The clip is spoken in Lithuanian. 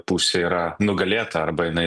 pusė yra nugalėta arba jinai